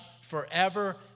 forever